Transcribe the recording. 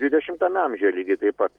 dvidešimtame amžiuje lygiai taip pat